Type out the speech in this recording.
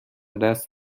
دست